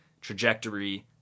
trajectory